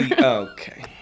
Okay